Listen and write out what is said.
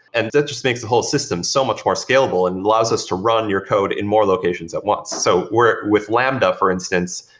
and that's just makes the whole system so much more scalable and it allows us to run your code in more locations at once. so with lambda, for instance,